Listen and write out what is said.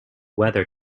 weather